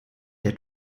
der